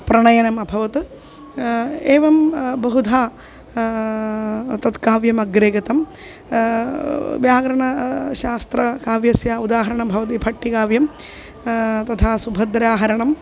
प्रणयनम् अभवत् एवं बहुधा तत्काव्यमग्रे गतं व्याकरणं शास्त्रकाव्यस्य उदाहरणं भवति भट्टिकाव्यं तथा सुभद्राहरणम्